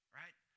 right